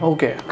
Okay